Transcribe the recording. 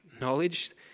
Knowledge